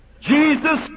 Jesus